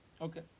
Okay